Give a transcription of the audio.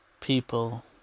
people